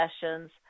sessions